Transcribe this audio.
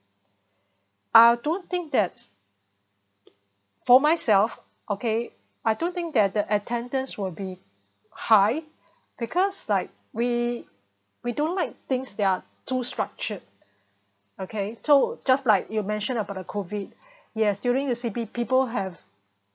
I don't think that's for myself okay I don't think that the attendants will be high because like we we don't like things that are too structured okay so just like you mention about a COVID yes during the C_B people have